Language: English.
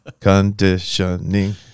Conditioning